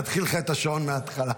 להחזיר לך את השעון מהתחלה.